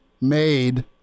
made